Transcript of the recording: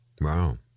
Wow